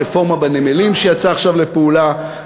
הרפורמה בנמלים שיצאה עכשיו לפעולה,